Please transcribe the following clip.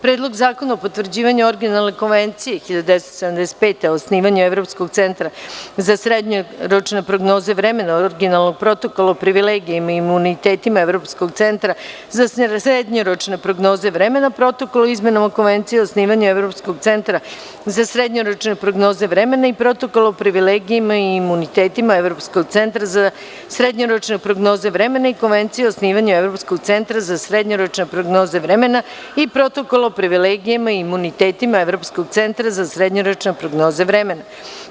Predlog zakona o potvrđivanju Originalne konvencije (1975) o osnivanju Evropskog centra za srednjoročne prognoze vremena, Originalnog protokola o privilegijama i imunitetima Evropskog centra za srednjoročne prognoze vremena, Protokola o izmenama Konvencije o osnivanju Evropskog centra za sredonjoročne prognoze vremena i Protokola o privilegijama i imunitetima Evropskog centra za srednjoročne prognoze vremena i Konvencije o osnivanju Evropskog centra za srednjoročne prognoze vremena i Protokola o privilegijama i imunitetima Evropskog centra za srednjoročne prognoze vremena; 22.